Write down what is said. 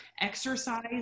exercise